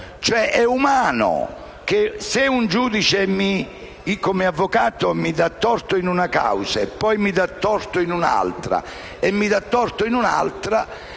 Ed è umano che se un giudice, come avvocato, mi dà torto in una causa e poi mi dà torto in un'altra e in un'altra